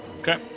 Okay